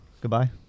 Goodbye